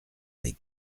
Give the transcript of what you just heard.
les